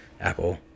Apple